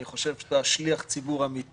אני חושב שאתה שליח ציבור אמיתי,